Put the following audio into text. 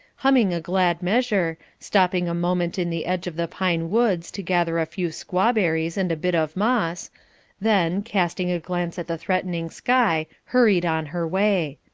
humming a glad measure, stopping a moment in the edge of the pine woods to gather a few squaw-berries and a bit of moss then, casting a glance at the threatening sky, hurried on her way.